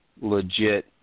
legit